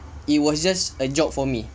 it was just a job for me